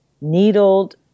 needled